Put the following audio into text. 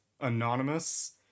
Anonymous